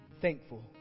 thankful